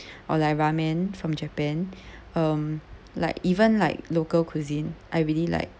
or like ramen from japan um like even like local cuisine I really like